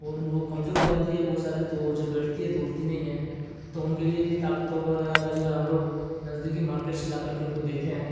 ان وہ کمزور ہو جاتی ہے بہت زیادہ تو وہ جب بیٹھتی ہے تو اٹھتی نہیں ہے تو ان کے لیے بھی طاقت وغیرہ کا جو ہے ہم لوگ نزدیکی مارکیٹ شے لا کر کے ان کو دیتے ہیں